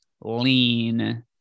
lean